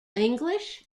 english